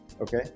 okay